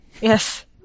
Yes